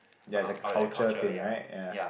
ya it's like a culture thing right ya